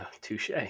Touche